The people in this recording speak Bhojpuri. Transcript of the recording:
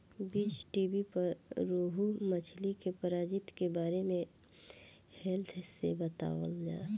बीज़टीवी पर रोहु मछली के प्रजाति के बारे में डेप्थ से बतावता